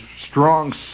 strong